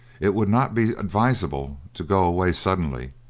it would not be advisable to go away suddenly,